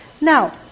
Now